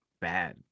bad